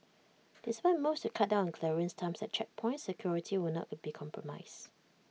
despite moves to cut down clearance times at checkpoints security will not be compromised